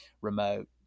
remote